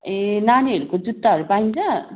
ए नानीहरूको जुत्ताहरू पाइन्छ